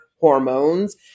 hormones